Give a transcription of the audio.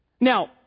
Now